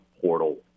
portal